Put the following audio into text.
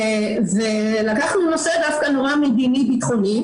לקחנו נושא דווקא מדיני ביטחוני,